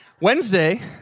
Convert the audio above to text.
Wednesday